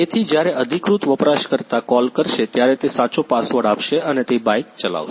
તેથી જ્યારે અધિકૃત વપરાશકર્તા કોલ કરશે ત્યારે તે સાચો પાસવર્ડ આપશે અને તે બાઇક ચલાવશે